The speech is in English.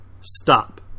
Stop